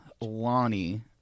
Lonnie